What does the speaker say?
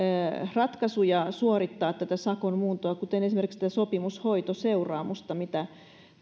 ratkaisuja suorittaa tätä sakon muuntoa kuten esimerkiksi tätä sopimushoitoseuraamusta mitä